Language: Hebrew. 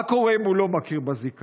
מה קורה אם הוא לא מכיר בזיקה?